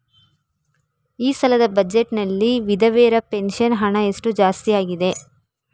ಈ ಸಲದ ಬಜೆಟ್ ನಲ್ಲಿ ವಿಧವೆರ ಪೆನ್ಷನ್ ಹಣ ಎಷ್ಟು ಜಾಸ್ತಿ ಆಗಿದೆ?